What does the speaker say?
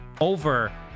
over